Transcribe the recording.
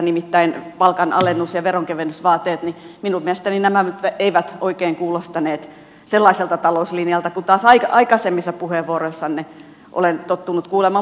nimittäin palkanalennus ja veronkevennysvaateet minun mielestäni eivät oikein kuulostaneet sellaiselta talouslinjalta kuin taas aikaisemmissa puheenvuoroissanne olen tottunut kuulemaan